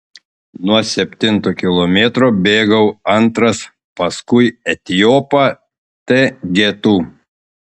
nuo septinto kilometro bėgau antras paskui etiopą t getu